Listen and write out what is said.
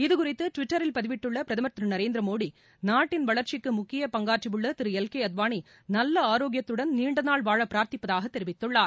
இது குறித்து டுவிட்டரில் பதிவிட்டுள்ள பிரதமர் திரு நரேந்திரமோடி நாட்டின் வளர்ச்சிக்கு முக்கிய பங்காற்றியுள்ள திரு எல் கே அத்வாளி நல்ல ஆரோக்கியத்துடன் நீண்ட நாள் வாழ பிரார்த்திப்பதாக தெரிவித்துள்ளார்